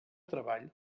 treball